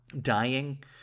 dying